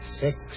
six